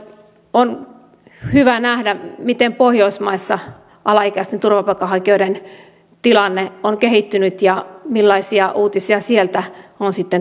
on hyvä nähdä miten pohjoismaissa alaikäisten turvapaikanhakijoiden tilanne on kehittynyt ja millaisia uutisia sieltä on sitten tuotavana